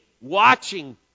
watching